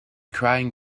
crying